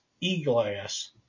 e-glass